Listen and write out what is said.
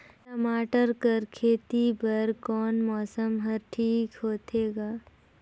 टमाटर कर खेती बर कोन मौसम हर ठीक होथे ग?